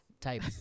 Type